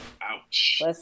Ouch